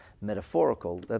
metaphorical